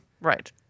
Right